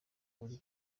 uri